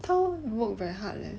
他 work very hard leh